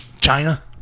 China